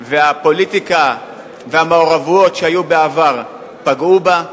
והפוליטיקה והמעורבויות שהיו בעבר פגעו בה.